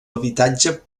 habitatge